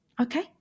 Okay